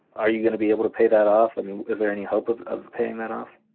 are you gonna be able to pay that off? i mean, is there any hope of of paying that off?